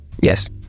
Yes